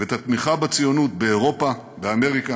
ואת התמיכה בציונות באירופה, באמריקה